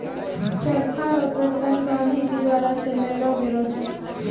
चरखा रो प्रचलन गाँधी जी द्वारा चलैलो गेलो छै